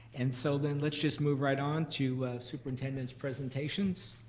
and so then let's just move right on to superintendent's presentations.